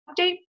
update